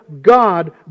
God